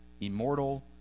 immortal